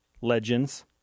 legends